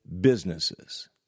businesses